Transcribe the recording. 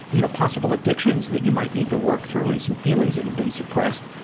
you know, possible addictions that you might need to work through and some feelings that have been supressed,